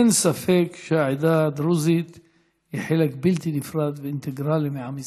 אין ספק שהעדה הדרוזית היא חלק בלתי נפרד ואינטגרלי מעם ישראל,